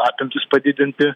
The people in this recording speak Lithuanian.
apimtis padidinti